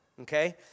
okay